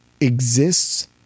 exists